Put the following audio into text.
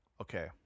Okay